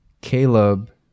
caleb